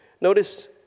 Notice